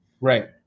Right